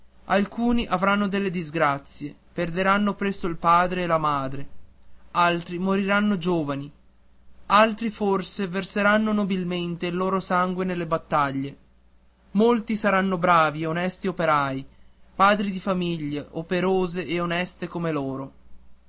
alcuni avranno delle disgrazie perderanno presto il padre e la madre altri moriranno giovani altri forse verseranno nobilmente il loro sangue nelle battaglie molti saranno bravi e onesti operai padri di famiglie operose e oneste come loro